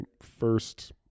first